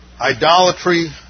idolatry